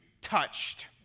touched